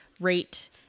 rate